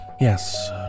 Yes